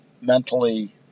mentally